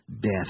Death